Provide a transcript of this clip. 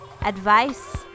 Advice